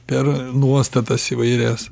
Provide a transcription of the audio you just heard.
per nuostatas įvairias